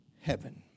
heaven